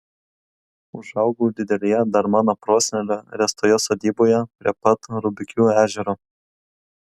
užaugau didelėje dar mano prosenelio ręstoje sodyboje prie pat rubikių ežero